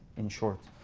in short.